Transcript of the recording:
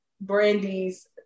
Brandy's